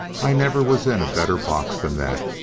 i never was in a better box than that,